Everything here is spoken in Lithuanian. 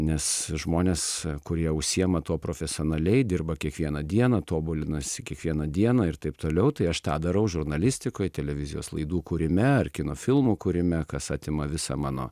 nes žmonės kurie užsiėma tuo profesionaliai dirba kiekvieną dieną tobulinasi kiekvieną dieną ir taip toliau tai aš tą darau žurnalistikoj televizijos laidų kurime ar kino filmų kūrime kas atima visą mano